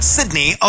Sydney